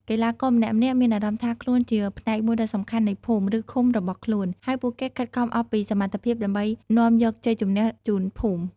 កីឡាករម្នាក់ៗមានអារម្មណ៍ថាខ្លួនជាផ្នែកមួយដ៏សំខាន់នៃភូមិ ឬឃុំរបស់ខ្លួន ហើយពួកគេខិតខំអស់ពីសមត្ថភាពដើម្បីនាំយកជ័យជម្នះជូនភូមិ។